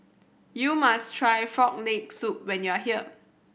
you must try Frog Leg Soup when you are here